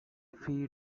phi